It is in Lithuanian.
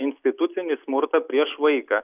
institucinį smurtą prieš vaiką